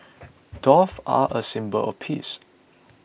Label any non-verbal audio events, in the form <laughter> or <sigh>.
<noise> doves are a symbol of peace